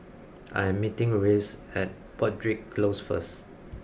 I am meeting Rhys at Broadrick Close first